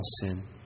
sin